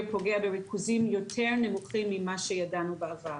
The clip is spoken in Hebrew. פוגע בריכוזים יותר נמוכים ממה שידענו בעבר.